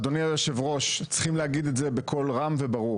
אדוני היו"ר צריכים להגיד את זה בקול רם וברור